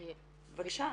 בבקשה.